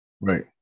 Right